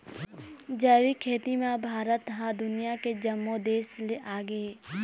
जैविक खेती म भारत ह दुनिया के जम्मो देस ले आगे हे